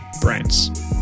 brands